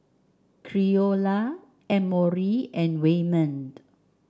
Creola Emory and Wayman